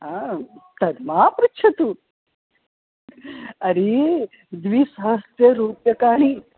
आं तद् मा पृच्छतु अरे द्विसहस्ररूप्यकाणि